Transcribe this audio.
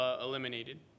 eliminated